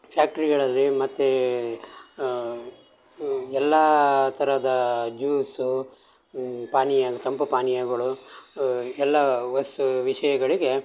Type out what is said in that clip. ಫ್ಯಾಕ್ಟ್ರಿಗಳಲ್ಲಿ ಮತ್ತು ಎಲ್ಲ ಥರದ ಜ್ಯೂಸು ಪಾನೀಯ ತಂಪು ಪಾನೀಯಗಳು ಎಲ್ಲ ವಸ್ತು ವಿಷಯಗಳಿಗೆ